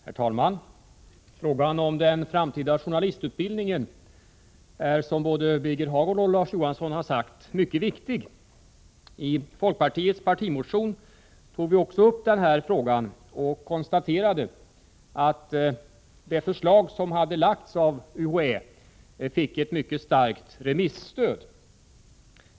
Herr talman! Frågan om den framtida journalistutbildningen är som både Birger Hagård och Larz Johansson har sagt mycket viktig. I folkpartiets partimotion tog vi också upp den här frågan och konstaterade att det förslag som hade lagts fram av UHÄ fick ett mycket starkt remisstöd.